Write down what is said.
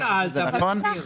למה שאלת, ולדימיר?